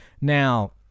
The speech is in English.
Now